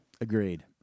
Agreed